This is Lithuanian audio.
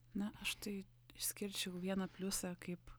na aš tai išskirčiau vieną pliusą kaip